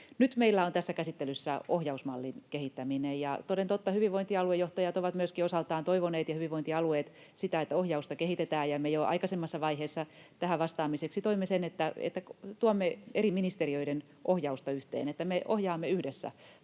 Nyt meillä on tässä käsittelyssä ohjausmallin kehittäminen. Toden totta myöskin hyvinvointialuejohtajat ja hyvinvointialueet ovat osaltaan toivoneet sitä, että ohjausta kehitetään, ja me jo aikaisemmassa vaiheessa tähän vastaamiseksi toimme sen, että tuomme eri ministeriöiden ohjausta yhteen, että me ohjaamme yhdessä